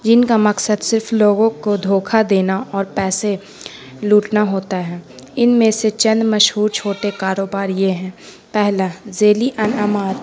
جن کا مقصد صرف لوگوں کو دھوکا دینا اور پیسے لوٹنا ہوتا ہے ان میں سے چند مشہور چھوٹے کاروبار یہ ہیں پہلا ذیلی انعامات